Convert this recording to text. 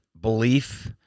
belief